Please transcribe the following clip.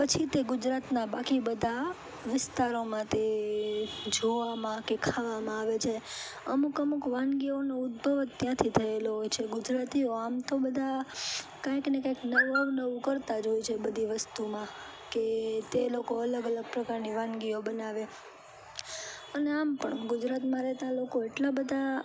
પછી તે ગુજરાતનાં બાકી બધા વિસ્તારોમાં તે જોવામાં કે ખાવામાં આવે છે અમુક અમુક વાનગીઓનો ઉદ્ભવ જ ત્યાંથી થયેલો હોય છે ગુજરાતીઓ આમ તો બધા કંઈક ને કંઈક નવું નવું કરતાં જ હોય છે બધી વસ્તુમાં કે તે લોકો અલગ અલગ પ્રકારની વાનગીઓ બનાવે અને આમ પણ ગુજરાતમાં રહેતા લોકો એટલા બધા